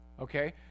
Okay